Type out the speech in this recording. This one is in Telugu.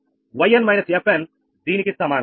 yn − 𝑓n దీనికి సమానం